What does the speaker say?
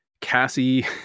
Cassie